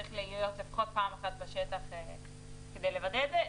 צריך להיות לפחות פעם אחת בשטח כדי לוודא את זה.